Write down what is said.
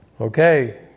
Okay